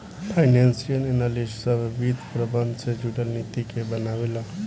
financial analyst सभ वित्त प्रबंधन से जुरल नीति के बनावे ला